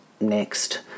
next